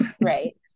Right